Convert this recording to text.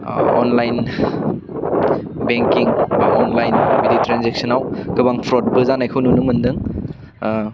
अह online banking online ट्रेनजेकसनाव गोबां प्रदबो जानायखौ नुनो मोनदों